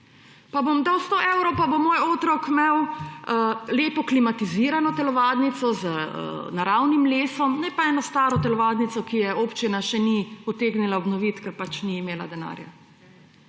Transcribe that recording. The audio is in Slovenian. pa bom dal 100 evrov, pa bo moj otrok imel lepo klimatizirano telovadnico z naravnim lesom, ne pa ene stare telovadnice, ki je občina še ni utegnila obnoviti, ker pač ni imela denarja,